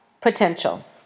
potential